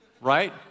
right